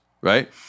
right